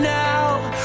now